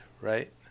right